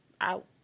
Out